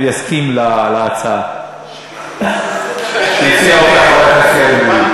יסכים להצעה שהציע חבר הכנסת יריב לוין.